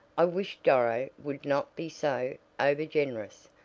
i wish doro would not be so over-generous,